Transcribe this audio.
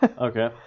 Okay